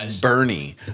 Bernie